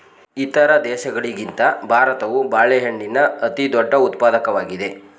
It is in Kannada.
ಇತರ ದೇಶಗಳಿಗಿಂತ ಭಾರತವು ಬಾಳೆಹಣ್ಣಿನ ಅತಿದೊಡ್ಡ ಉತ್ಪಾದಕವಾಗಿದೆ